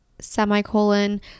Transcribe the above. semicolon